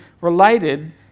related